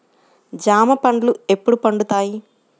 జామ పండ్లు ఎప్పుడు పండుతాయి?